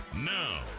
now